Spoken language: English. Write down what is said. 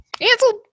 canceled